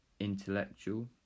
Intellectual